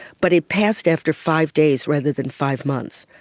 but it passed after five days rather than five months.